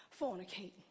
fornicating